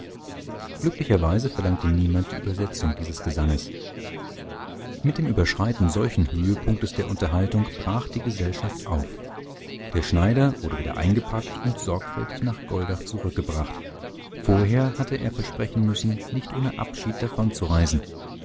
glücklicherweise verlangte niemand die übersetzung dieses gesanges mit dem überschreiten solchen höhepunktes der unterhaltung brach die gesellschaft auf der schneider wurde wieder eingepackt und sorgfältig nach goldach zurückgebracht vorher hatte er versprechen müssen nicht ohne abschied davonzureisen